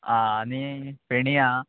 आं आनी फेणी आहा